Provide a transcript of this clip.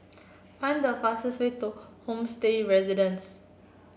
find the fastest way to Homestay Residences